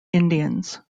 indians